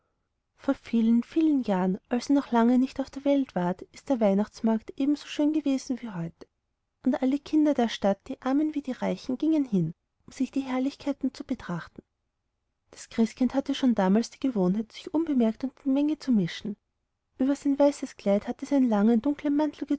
vor vielen vielen jahren als ihr noch lange nicht auf der welt waret ist der weihnachtsmarkt schon ebenso schön gewesen wie heute und alle kinder der stadt die armen wie die reichen gingen hin sich die herrlichkeiten zu betrachten das christkind hatte schon damals die gewohnheit sich unbemerkt unter die menge zu mischen über sein weißes kleid hatte es einen langen dunklen mantel